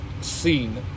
seen